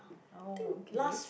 oh okay